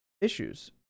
issues